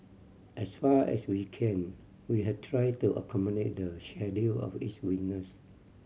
as far as we can we have tried to accommodate the schedule of each witness